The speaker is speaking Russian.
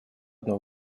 одно